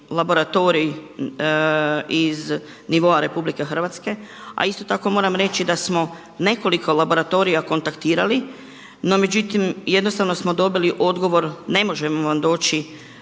laboratorij iz nivoa RH, a isto tako moram reći da smo nekoliko laboratorija kontaktirali. No međutim jednostavno smo dobili odgovor ne možemo vam doći